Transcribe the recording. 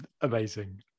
amazing